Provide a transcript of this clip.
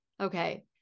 okay